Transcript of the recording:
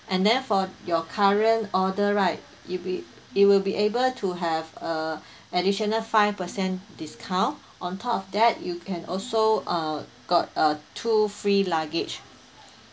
and then for your current order right it will be able to have a additional five per cent discount on top of that you can also uh got a two free luggage